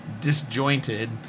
disjointed